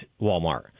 Walmart